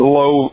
low